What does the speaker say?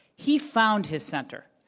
he found his center.